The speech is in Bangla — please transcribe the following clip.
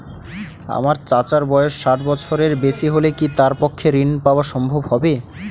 আমার চাচার বয়স ষাট বছরের বেশি হলে কি তার পক্ষে ঋণ পাওয়া সম্ভব হবে?